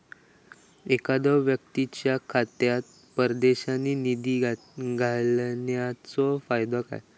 एखादो व्यक्तीच्या खात्यात परदेशात निधी घालन्याचो फायदो काय?